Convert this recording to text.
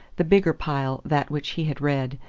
the bigger pile that which he had read,